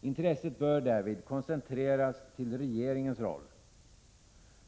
Intresset bör därvid koncentreras till regeringens roll.